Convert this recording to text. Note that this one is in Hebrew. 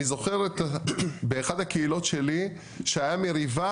אני זוכר באחת הקהילות שלי שהייתה מריבה